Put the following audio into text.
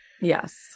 Yes